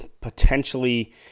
potentially